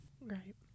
Right